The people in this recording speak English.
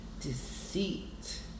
deceit